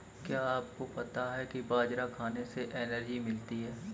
क्या आपको पता है बाजरा खाने से एनर्जी मिलती है?